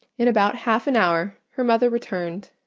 in about half an hour her mother returned,